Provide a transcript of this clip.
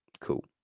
Cool